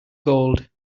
gold